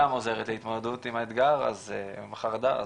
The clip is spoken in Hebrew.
גם עוזרת להתמודדות עם האתגר, עם החרדה.